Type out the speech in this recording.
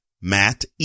Matt